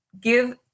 give